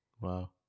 Wow